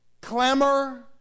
clamor